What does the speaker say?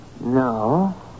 No